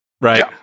right